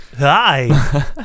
hi